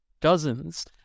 dozens